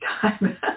time